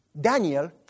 Daniel